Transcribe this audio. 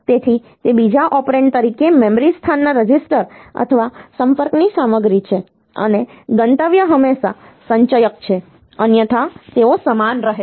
તેથી તે બીજા ઓપરેન્ડ તરીકે મેમરી સ્થાનના રજિસ્ટર અથવા સંપર્કની સામગ્રી છે અને ગંતવ્ય હંમેશા સંચયક છે અન્યથા તેઓ સમાન રહે છે